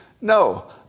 No